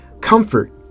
comfort